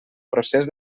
procés